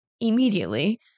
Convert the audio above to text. immediately